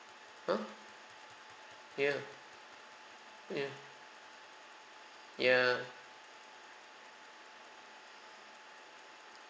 !huh! ya ya ya